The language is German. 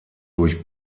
durch